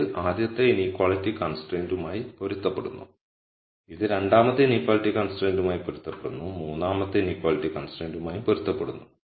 ഇത് ആദ്യത്തെ ഇനീക്വളിറ്റി കൺസ്ട്രെന്റുമായി പൊരുത്തപ്പെടുന്നു ഇത് രണ്ടാമത്തെ ഇനീക്വളിറ്റി കൺസ്ട്രെന്റുമായി പൊരുത്തപ്പെടുന്നു ഇത് മൂന്നാമത്തെ ഇനീക്വളിറ്റി കൺസ്ട്രെന്റുകമായി പൊരുത്തപ്പെടുന്നു